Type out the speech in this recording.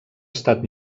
estat